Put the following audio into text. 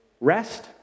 Rest